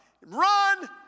run